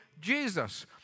Jesus